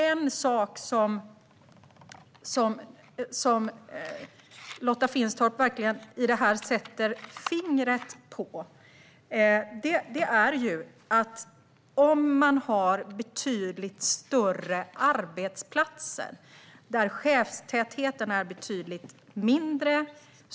En sak som jag tror att Lotta Finstorp verkligen sätter fingret på i detta är att man ser dessa problem på betydligt större arbetsplatser där chefstätheten är betydligt lägre.